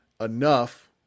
enough